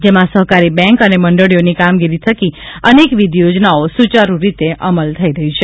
જેમાં સહકારી બેન્ક અને મંડળીઓની કામગીરી થકી અનેકવિધ યોજનાઓનો સુચારૂ રીતે અમલ થઇ રહ્યો છે